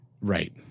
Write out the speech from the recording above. Right